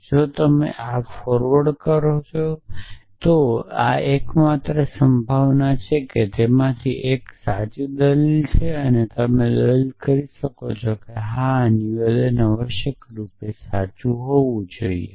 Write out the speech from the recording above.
અને જો તમે ફોરવર્ડ કહો છો કે આ એકમાત્ર સંભાવના છે કે તેમાંથી એક સાચી છે તો તમે દલીલ કરી શકો છો કે હા આ નિવેદન આવશ્યકરૂપે સાચું હોવું જોઈએ